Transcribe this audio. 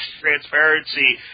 Transparency